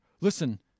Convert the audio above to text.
listen